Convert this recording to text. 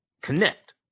connect